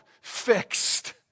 fixed